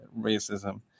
racism